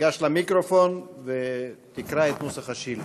גש למיקרופון וקרא את נוסח השאילתה.